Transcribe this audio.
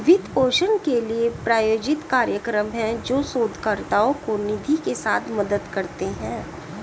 वित्त पोषण के लिए, प्रायोजित कार्यक्रम हैं, जो शोधकर्ताओं को निधि के साथ मदद करते हैं